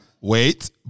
Wait